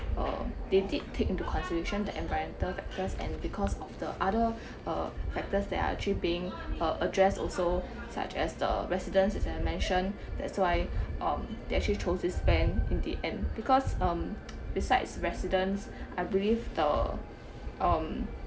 uh they did take into consideration the environmental factors and because of the other uh factors that are actually being uh addressed also such as the residents as I've mention that's why um they actually chose this in the end because um besides residents I believe the um